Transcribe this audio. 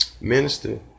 minister